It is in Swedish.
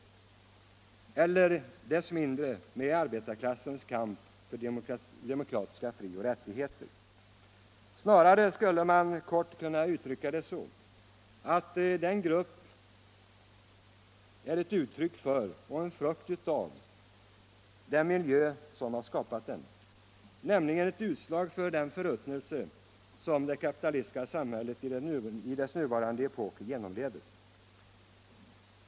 Än mindre har den någonting att göra med arbetarrörelsens kamp för demokratiska frioch rättigheter. Snarare skulle man 17 kort kunna uttrycka det så, att denna grupp är ett uttryck för och en frukt av den miljö som har skapat den, nämligen ett utslag av den förruttnelse som det kapitalistiska samhället i dess nuvarande epok genomlever.